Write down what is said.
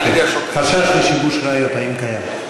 חשש לשיבוש ראיות, האם קיים?